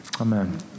Amen